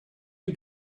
you